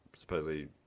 supposedly